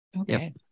Okay